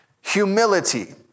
humility